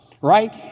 right